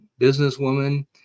businesswoman